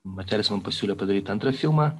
matelis man pasiūlė padaryt antrą filmą